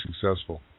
successful